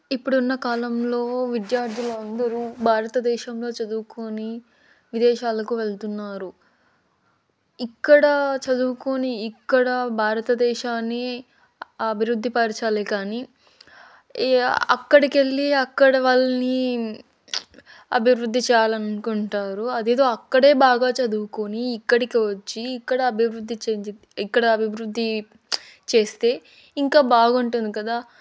ఇప్పుడున్న కాలంలో విద్యార్థులందరూ భారతదేశంలో చదువుకొని విదేశాలకు వెళ్తున్నారు ఇక్కడ చదువుకొని ఇక్కడ భారతదేశాన్ని అభివృద్ధి పరచాలే కానీ అక్కడికి ఎళ్ళి అక్కడవాళ్నీ అభివృద్ధి చేయాలనుకుంటారు అదేదో అక్కడే బాగా చదువుకొని ఇక్కడికి వచ్చి ఇక్కడ అభివృద్ధి చెందిత్ ఇక్కడ అభివృద్ధి చేస్తే ఇంకా బాగుంటుంది కదా